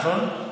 נכון?